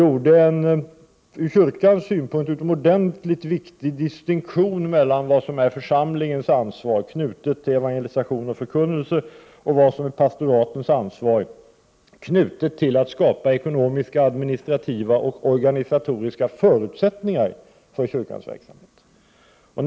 En från svenska kyrkans synpunkt utomordentlig viktig distinktion gjordes mellan vad som är församlingens ansvar, knutet till evangelisation och förkunnelse, och vad som är pastoratets ansvar, knutet till att skapa ekonomiska, administrativa och organisatoriska förutsättningar för kyrkans verksamhet.